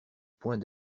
point